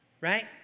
right